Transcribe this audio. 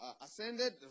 ascended